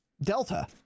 delta